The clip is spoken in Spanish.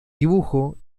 dibujo